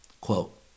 Quote